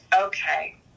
okay